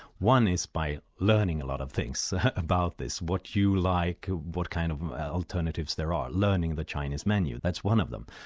one is by learning a lot of things about this what you like, what kind of alternatives there are. learning the chinese menu, that's one of them.